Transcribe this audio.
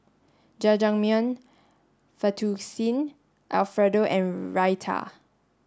Jajangmyeon Fettuccine Alfredo and Raita